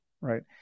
right